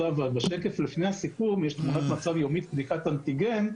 בשקף שלפני הסיכום יש תמונת מצב יומית של בדיקת אנטיגן.